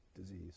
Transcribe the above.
disease